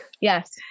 Yes